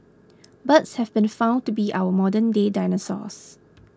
birds have been found to be our modernday dinosaurs